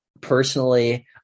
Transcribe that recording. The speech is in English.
Personally